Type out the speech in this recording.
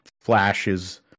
flashes